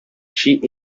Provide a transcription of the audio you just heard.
she